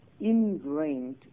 ingrained